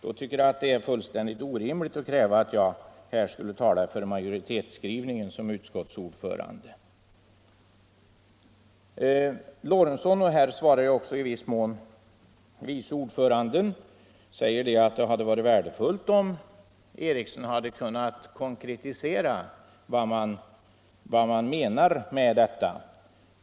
Då tycker jag det är helt orimligt att kräva att jag som utskottets ordförande här skulle tala för majoritetens skrivning. Herr Lorentzon och i viss mån också utskottets vice ordförande sade att det hade varit värdefullt om jag hade kunnat konkretisera vad som menas med vår skrivning.